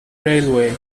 railway